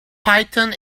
python